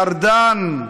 ארדן,